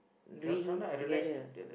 doing together